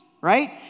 right